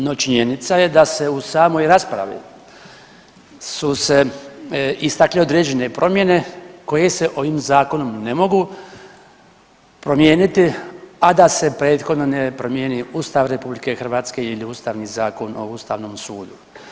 No činjenica je da se u samoj raspravi su se istakle određene promjene koje se ovim zakonom ne mogu promijeniti, a da se prethodno ne promijeni Ustav RH ili Ustavni zakon o Ustavnom sudu.